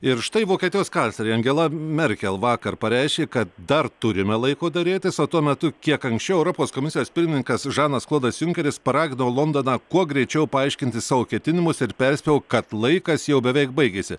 ir štai vokietijos kanclerė angela merkel vakar pareiškė kad dar turime laiko derėtis o tuo metu kiek anksčiau europos komisijos pirmininkas žanas klodas junkeris paragino londoną kuo greičiau paaiškinti savo ketinimus ir perspėjo kad laikas jau beveik baigėsi